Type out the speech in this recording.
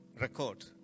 record